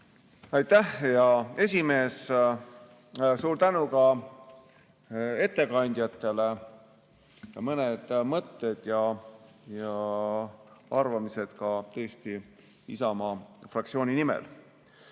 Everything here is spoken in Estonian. Aitäh, hea esimees! Suur tänu ka ettekandjatele! Mõned mõtted ja arvamused ka Isamaa fraktsiooni nimel.